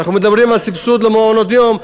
אנחנו מדברים על סבסוד למעונות יום,